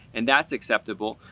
and that's acceptable.